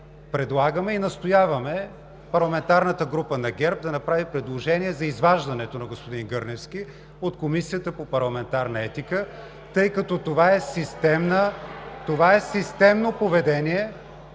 предлагаме и настояваме парламентарната група на ГЕРБ да направи предложение за изваждането на господин Гърневски от Комисията по парламентарна етика, тъй като това е системно поведение